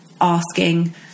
asking